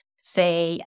say